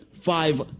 five